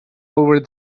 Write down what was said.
over